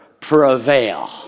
prevail